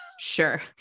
Sure